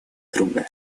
друга